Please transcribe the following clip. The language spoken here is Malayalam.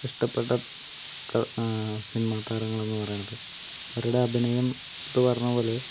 ഇഷ്ടപ്പെട്ട കഥ സിനിമാതാരങ്ങൾ എന്ന് പറയണത് അവരുടെ അഭിനയം ഇപ്പോൾ പറഞ്ഞ പോലെ